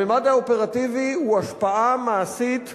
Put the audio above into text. הממד האופרטיבי הוא השפעה מעשית גדולה,